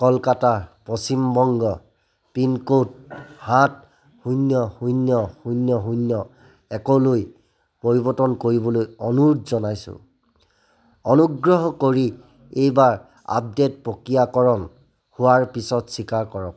Kolkata Paschim Banga pincode সাত শূন্য শূন্য শূন্য শূন্য একলৈ পৰিৱৰ্তন কৰিবলৈ অনুৰোধ জনাইছোঁ অনুগ্ৰহ কৰি এইবাৰ আপডে'ট প্ৰক্ৰিয়াকৰণ হোৱাৰ পিছত স্বীকাৰ কৰক